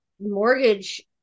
mortgage